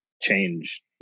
change